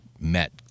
met